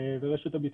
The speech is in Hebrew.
ורשת הביטחון.